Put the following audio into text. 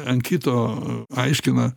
ant kito aiškina